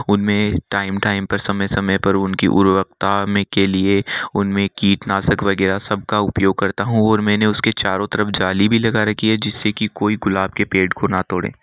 उनमें time time पर समय समय पर उनकी उर्वक्ता में के लिए उनमें कीटनाशक वगैरह सबका उपयोग करता हूँ और मैंने उसके चारों तरफ़ जाली भी लगा रखी है जिससे कि कोई गुलाब के पेड़ को ना तोड़े